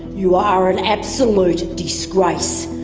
you are an absolute disgrace,